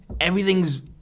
everything's